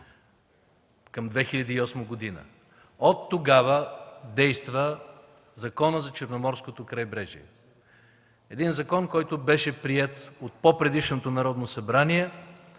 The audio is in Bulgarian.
към 2008 г. Оттогава действа законът за Черноморското крайбрежие – един закон, който беше приет от по-предишното Народно събрание